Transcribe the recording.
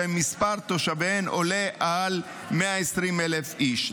שמספר תושביהן עולה על 120,000 איש.